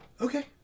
Okay